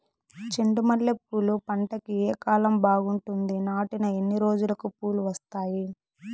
చెండు మల్లె పూలు పంట కి ఏ కాలం బాగుంటుంది నాటిన ఎన్ని రోజులకు పూలు వస్తాయి